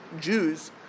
Jews